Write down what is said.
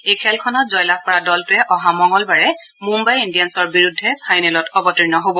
এই খেলখনত জয়লাভ কৰা দলটোৰে অহা মঙলবাৰে মুম্বাই ইণ্ডিয়ানছৰ বিৰুদ্ধে ফাইনেলত অৱতীৰ্ণ হ'ব